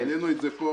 העלינו את זה פה.